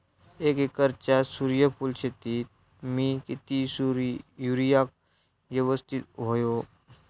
एक एकरच्या सूर्यफुल शेतीत मी किती युरिया यवस्तित व्हयो?